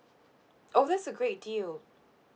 oh that's a great deal